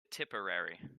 tipperary